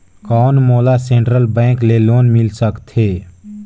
कौन मोला central bank ले लोन मिल सकथे?